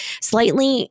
slightly